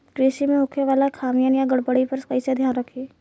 कृषि में होखे वाला खामियन या गड़बड़ी पर कइसे ध्यान रखि?